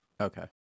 Okay